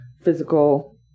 physical